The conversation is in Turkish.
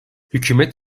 hükümet